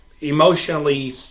emotionally